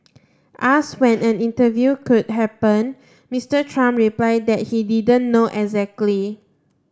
ask when an interview could happen Mister Trump replied that he didn't know exactly